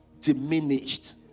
diminished